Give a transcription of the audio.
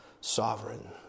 sovereign